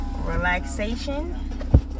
Relaxation